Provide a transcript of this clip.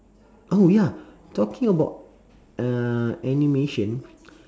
oh ya talking about uh animation